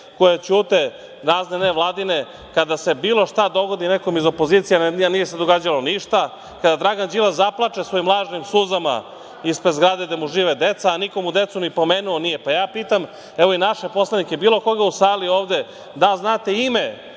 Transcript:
koje ćute, razne nevladine kada se bilo šta dogodi nekome iz opozicije, a nije se događalo ništa, kada Dragan Đilas zaplače svojim lažnim suzama ispred zgrade gde mu žive deca, a niko mu decu ni pomenuo nije? Ja pitam, evo i naše poslanike, bilo koga u sali ovde, da li znate ime